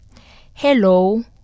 Hello